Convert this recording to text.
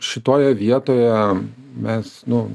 šitoje vietoje mes nu